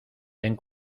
ten